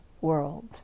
world